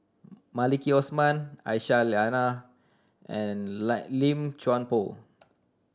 Maliki Osman Aisyah Lyana and Lim Chuan Poh